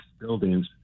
buildings